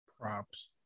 props